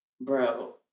bro